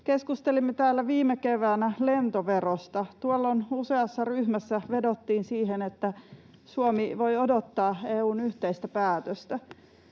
Keskustelimme täällä viime keväänä lentoverosta. Tuolloin useassa ryhmässä vedottiin siihen, että Suomi voi odottaa EU:n yhteistä päätöstä.